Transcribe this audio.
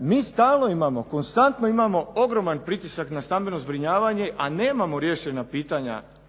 mi stalno imamo, konstantno imamo ogroman pritisak na stambeno zbrinjavanje, a nemamo riješena pitanja